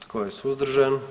Tko je suzdržan?